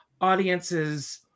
Audiences